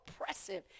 oppressive